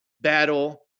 Battle